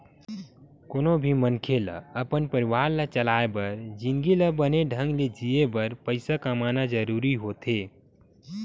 कोनो भी मनखे ल अपन परवार ला चलाय बर जिनगी ल बने ढंग ले जीए बर पइसा कमाना जरूरी होथे